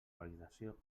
validació